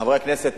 חברי הכנסת,